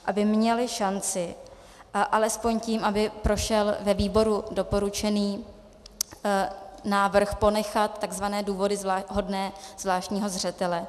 Aby měli šanci alespoň tím, aby prošel ve výboru doporučený návrh ponechat takzvané důvody hodné zvláštního zřetele.